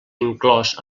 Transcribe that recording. inclòs